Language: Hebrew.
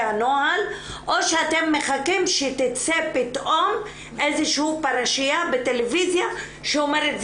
הנוהל או שאתם מחכים שתצא פתאום איזושהי פרשיה בטלוויזיה שאומרת,